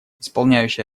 исполняющий